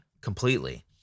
completely